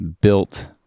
built